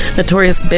Notorious